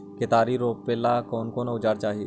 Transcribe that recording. केतारी रोपेला कौन औजर चाही?